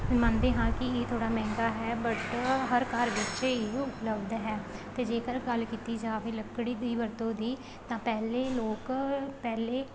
ਮੰਨਦੇ ਹਾਂ ਕਿ ਇਹ ਥੋੜ੍ਹਾ ਮਹਿੰਗਾ ਹੈ ਬਟ ਹਰ ਘਰ ਵਿੱਚ ਇਹ ਉਪਲਬਧ ਹੈ ਅਤੇ ਜੇਕਰ ਗੱਲ ਕੀਤੀ ਜਾਵੇ ਲੱਕੜੀ ਦੀ ਵਰਤੋਂ ਦੀ ਤਾਂ ਪਹਿਲੇ ਲੋਕ ਪਹਿਲੇ